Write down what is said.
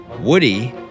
Woody